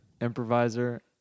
improviser